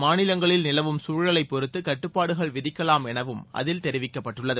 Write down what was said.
மாநிலங்களில் நிலவும் தழலைப் பொறுத்து கட்டுப்பாடுகள் விதிக்கலாம் எனவும் அதில் தெரிவிக்கப்பட்டுள்ளது